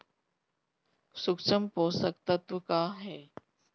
सूक्ष्म पोषक तत्व का ह?